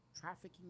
trafficking